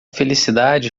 felicidade